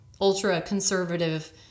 ultra-conservative